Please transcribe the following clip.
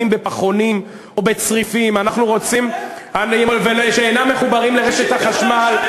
בפחונים או בצריפים ושאינם מחוברים לרשת החשמל,